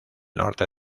norte